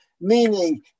meaning